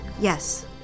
Yes